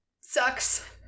sucks